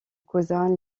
cousin